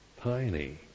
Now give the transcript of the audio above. tiny